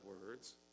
words